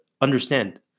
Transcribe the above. Understand